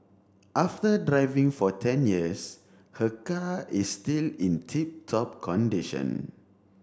after driving for ten years her car is still in tip top condition